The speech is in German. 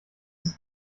ist